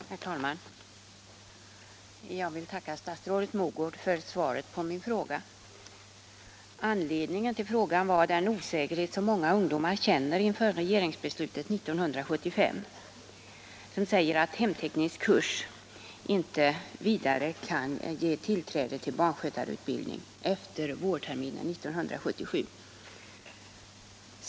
Herr talman! Jag vill tacka statsrådet Mogård för svaret på min fråga. Anledningen till frågan var den osäkerhet som många ungdomar känner efter regeringsbeslutet 1975 om att hemteknisk kurs inte vidare kan ge behörighet till barnskötarutbildning efter vårterminen 1977.